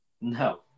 No